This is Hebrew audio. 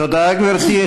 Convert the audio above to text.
תודה, גברתי.